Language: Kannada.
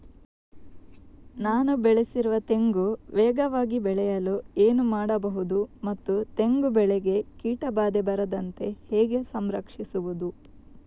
ನಾನು ಬೆಳೆಸಿರುವ ತೆಂಗು ವೇಗವಾಗಿ ಬೆಳೆಯಲು ಏನು ಮಾಡಬಹುದು ಮತ್ತು ತೆಂಗು ಬೆಳೆಗೆ ಕೀಟಬಾಧೆ ಬಾರದಂತೆ ಹೇಗೆ ಸಂರಕ್ಷಿಸುವುದು?